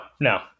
no